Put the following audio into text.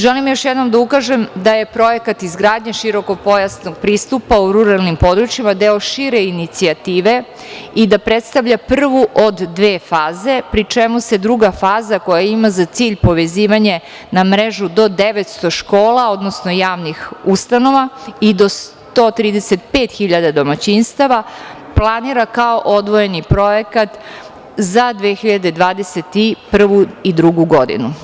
Želim još jednom da ukažem da je projekat izgradnje širokopojasnog pristupa u ruralnim područjima deo šire inicijative i da predstavlja prvu od dve faze, pri čemu se druga faza koja ima za cilj povezivanje na mrežu do 900 škola, odnosno javnih ustanova i 135 hiljada domaćinstava planira kao odvojeni projekat za 2021. i 2022. godinu.